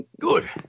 good